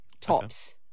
tops